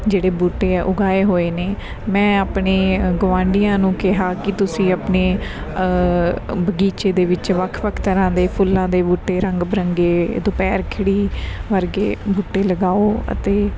ਜਿਹੜੇ ਬੂਟੇ ਆ ਉਗਾਏ ਹੋਏ ਨੇ ਮੈਂ ਆਪਣੇ ਗੁਆਂਢੀਆਂ ਨੂੰ ਕਿਹਾ ਕਿ ਤੁਸੀਂ ਆਪਣੇ ਬਗੀਚੇ ਦੇ ਵਿੱਚ ਵੱਖ ਵੱਖ ਤਰ੍ਹਾਂ ਦੇ ਫੁੱਲਾਂ ਦੇ ਬੂਟੇ ਰੰਗ ਬਿਰੰਗੇ ਦੁਪਹਿਰ ਖਿੜੀ ਵਰਗੇ ਬੂਟੇ ਲਗਾਓ ਅਤੇ